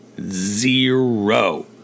Zero